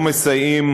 לא מסייעים